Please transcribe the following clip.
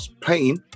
pain